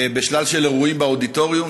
בשלל של אירועים באודיטוריום,